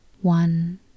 one